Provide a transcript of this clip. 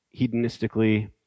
hedonistically